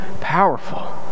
powerful